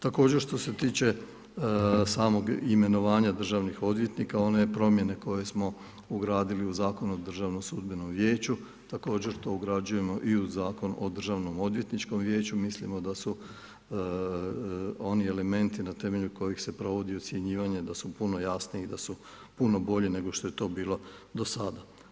Također što se tiče samog imenovanja državnih odvjetnika, one promjene koje smo ugradili u Zakon o Državnom sudbenom vijeću, također to ugrađujemo i u Zakon o Državnom odvjetničkom vijeću, mislimo da su oni elementi na temelju kojih se provodi ocjenjivanje da su puno jasniji i da su puno bolji nego što je to bilo do sada.